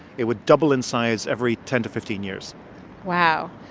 it would double in size every ten to fifteen years wow.